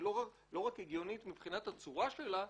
שהיא לא רק הגיונית מבחינת הצורה שלה,